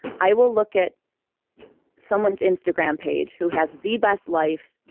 i will look at someone's instagram page who has the best life,